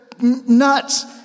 Nuts